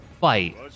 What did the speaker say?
fight